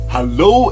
Hello